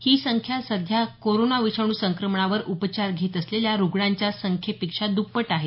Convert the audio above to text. ही संख्या सध्या कोरोना विषाणू संक्रमणावर उपचार घेत असलेल्या रुग्णांच्या संख्येपेक्षा दुप्पट आहे